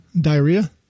diarrhea